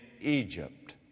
Egypt